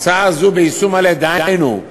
ההצעה הזו ביישום מלא, דהיינו,